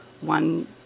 one